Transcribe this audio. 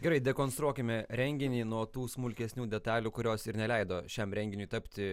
gerai dekonstruokime renginį nuo tų smulkesnių detalių kurios ir neleido šiam renginiui tapti